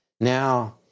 Now